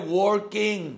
working